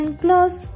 close